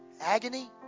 agony